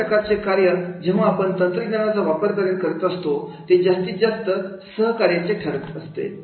अशा प्रकारचे कार्य जेव्हा आपण तंत्रज्ञानाचा वापर करून करत असतो हे जास्तीत जास्त सहकार्याचे ठरत असते